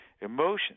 emotions